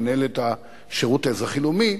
מינהלת השירות האזרחי לאומי,